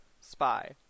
Spy